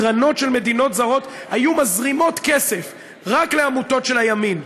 קרנות של מדינות זרות היו מזרימות כסף רק לעמותות של הימין?